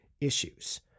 issues